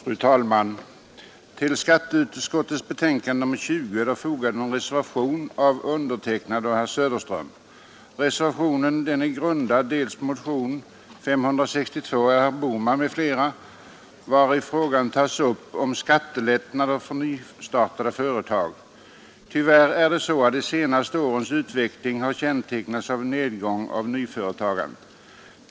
Herr talman! Till skatteutskottets betänkande nr 20 är fogad en reservation av herr Söderström och mig. Reservationen är grundad bl.a. på motionen 562 av herr Bohman m.fl., i vilken tas upp frågan om skattelättnader för nystartade företag. Tyvärr har de senaste åren kännetecknats av en nedgång av nyföretagandet.